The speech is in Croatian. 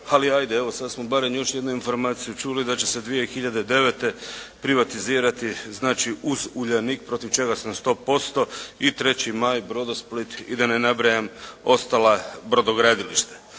ali ajde evo sad smo barem još jednu informaciju čuli da će se 2009. privatizirati znači uz Uljanik protiv čega sam 100% i Treći maj, Brodosplit i da ne nabrajam ostala brodogradilišta.